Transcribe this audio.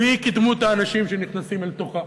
והיא כדמות האנשים שנכנסים לתוכה,